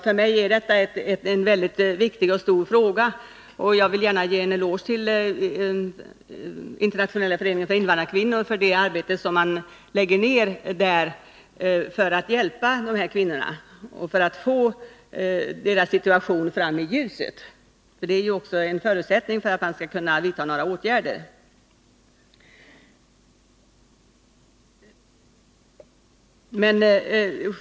För mig är detta en mycket viktig och stor fråga, och jag vill i detta sammanhang gärna ge Internationella föreningen för invandrarkvinnor en eloge för det arbete som man där lägger ned för att hjälpa dessa kvinnor och för att dra fram deras situation i ljuset, vilket ju är en förutsättning för att man skall kunna vidta några åtgärder.